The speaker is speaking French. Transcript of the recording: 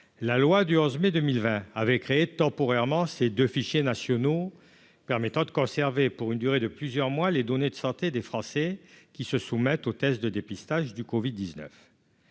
La loi du 11 mai 2020 avait créé temporairement ces deux fichiers nationaux pour conserver, pour une durée de plusieurs mois, les données de santé des Français qui se soumettent aux tests de dépistage du covid-19.